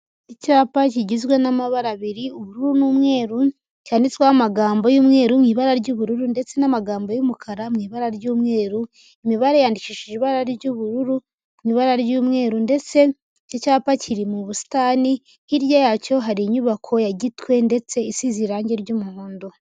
Icyapa kigizwe n'amabara abiri ubururu n'umweru cyanditsweho amagambo y'umweru mu ibara ry'ubururu ndetse n'amagambo y'umukara mu ibara ry'umweru, imibare yanyandikishije ibara ry'ubururu mu ibara ry'umweru ndetse iki cyapa kiri mu busitani, hirya yacyo hari inyubako ya Gitwe ndetse isize irangi ry'umuhondo.